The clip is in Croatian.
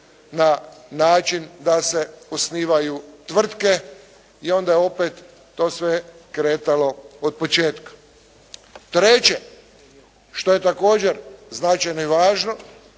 na način da se osnivaju tvrtke i onda opet to sve kretalo otpočetka. Treće što je također značajno i važno